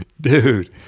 dude